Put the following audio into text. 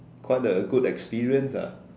quite a good experience ah